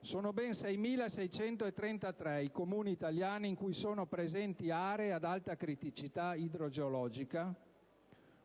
Sono ben 6.633 i Comuni italiani in cui sono presenti aree ad alta criticità idrogeologica: